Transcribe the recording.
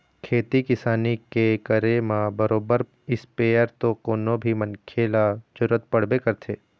खेती किसानी के करे म बरोबर इस्पेयर तो कोनो भी मनखे ल जरुरत पड़बे करथे